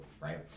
right